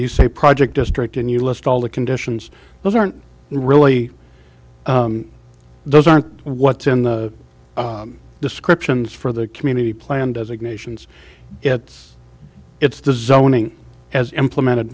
you say project district and you list all the conditions those aren't really those aren't what's in the descriptions for the community plan designations it's it's the zoning as implemented